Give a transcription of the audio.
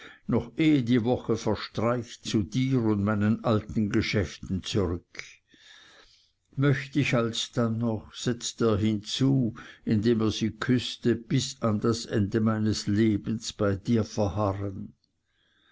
noch ehe die woche verstreicht zu dir und meinen alten geschäften zurück möcht ich alsdann noch setzt er hinzu indem er sie küßte bis an das ende meines lebens bei dir verharren